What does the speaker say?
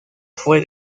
fue